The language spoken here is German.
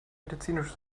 medizinisch